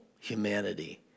humanity